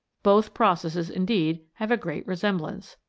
both processes, indeed, have a great resemblance.